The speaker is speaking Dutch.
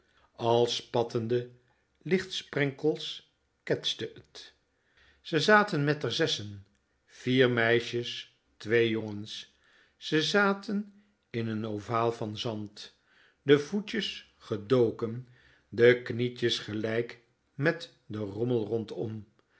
als spattende lichtsprenkels ketste het ze zaten met r zessen vier meisjes twee jongens ze zaten in n ovaal van zand de voetjes gedoken de knietjes gelijk met den rommel rondom